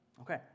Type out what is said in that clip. Okay